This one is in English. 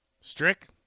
Strick